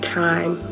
time